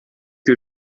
que